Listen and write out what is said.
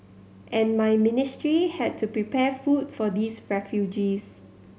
and my ministry had to prepare food for these refugees